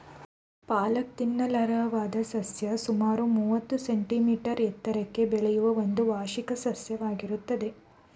ಪಾಲಕ್ ತಿನ್ನಲರ್ಹವಾದ ಸಸ್ಯ ಸುಮಾರು ಮೂವತ್ತು ಸೆಂಟಿಮೀಟರ್ ಎತ್ತರಕ್ಕೆ ಬೆಳೆಯುವ ಒಂದು ವಾರ್ಷಿಕ ಸಸ್ಯವಾಗಯ್ತೆ